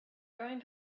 going